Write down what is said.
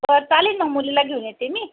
हो चालेल ना मुलीला घेऊन येते मी